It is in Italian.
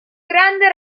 grande